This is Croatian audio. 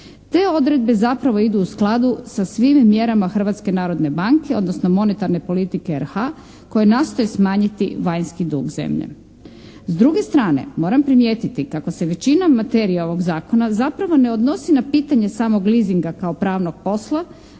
Te odredbe zapravo idu u skladu sa svim mjerama Hrvatske narodne banke odnosno monetarne politike RH koje nastoje smanjiti vanjski dug zemlje. S druge strane moram primijetiti kako se većina materije ovog zakona zapravo ne odnosi na pitanje samog leasinga kao pravnog posla